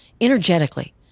energetically